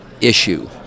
issue